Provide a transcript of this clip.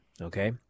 Okay